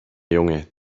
junge